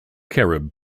carib